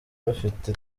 bafite